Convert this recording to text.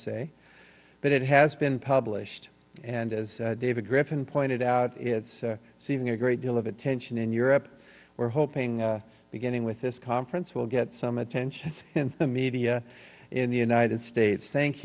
say but it has been published and as david griffin pointed out it's seeing a great deal of attention in europe we're hoping beginning with this conference will get some attention in the media in the united states thank